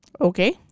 okay